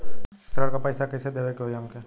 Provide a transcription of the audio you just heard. ऋण का पैसा कइसे देवे के होई हमके?